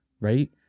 right